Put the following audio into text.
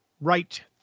right